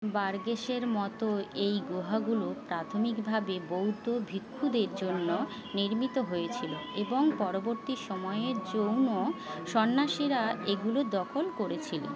বার্গেসের মতো এই গুহাগুলো প্রাথমিকভাবে বৌদ্ধ ভিক্ষুদের জন্য নির্মিত হয়েছিল এবং পরবর্তী সময়ে জৈন সন্ন্যাসীরা এগুলো দখল করেছিল